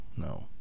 No